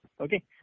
Okay